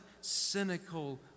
cynical